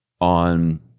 on